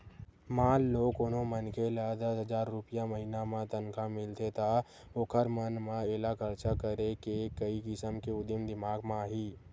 मान लो कोनो मनखे ल दस हजार रूपिया महिना म तनखा मिलथे त ओखर मन म एला खरचा करे के कइ किसम के उदिम दिमाक म आही